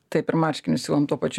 taip ir marškinius siuvam tuo pačiu